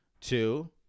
Two